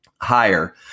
higher